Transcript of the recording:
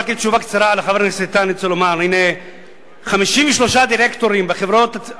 רק כתשובה קצרה לחבר הכנסת איתן אני רוצה לומר: 53 דירקטורים בבנקים